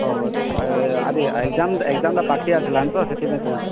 ଓ ଆଜି ଏକ୍ଜାମ୍ଟା ପାଖେଇ ଆସିଲାଣି ତ ସେଥିପାଇଁ କହୁଛି